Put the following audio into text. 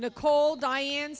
nicole diane